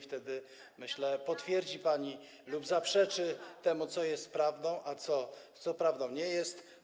Wtedy, myślę, potwierdzi pani lub zaprzeczy, co jest prawdą, a co prawdą nie jest.